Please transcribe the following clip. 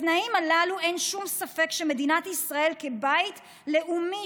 בתנאים הללו אין שום ספק שמדינת ישראל כבית לאומי